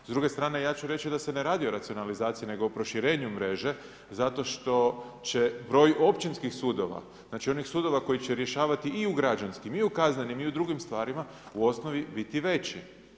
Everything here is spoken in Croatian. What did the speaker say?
S druge strane ja ću reći da se ne radi o racionalizaciji nego o proširenju mreže zato što će broj općinskih sudova znači onih sudova koji će rješavati i u građanskim i u kaznenim i u drugim stvarima u osnovi biti veći.